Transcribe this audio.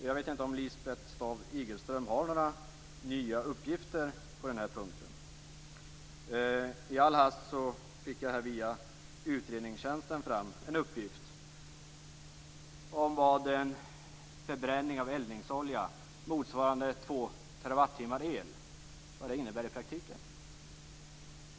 Jag vet inte om Lisbeth Staaf-Igelström har några nya uppgifter på den här punkten. I all hast fick jag via utredningstjänsten fram en uppgift om vad förbränning av eldningsolja motsvarande 2 TWh el innebär i praktiken.